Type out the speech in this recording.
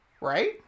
Right